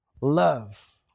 love